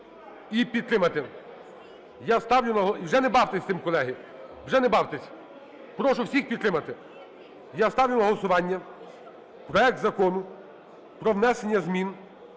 підтримати. Я ставлю на голосування проект Закону про внесення змін